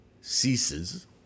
ceases